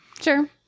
Sure